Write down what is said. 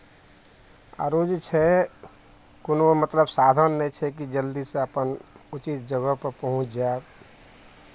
आरो जे छै कोनो मतलब साधन नहि छै कि जलदीसँ अपन उचित जगहपर पहुँच जायब